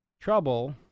trouble